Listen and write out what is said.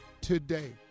today